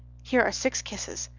here are six kisses.